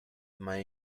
might